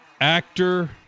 actor